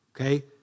Okay